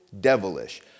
devilish